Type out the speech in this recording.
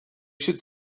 should